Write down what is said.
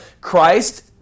Christ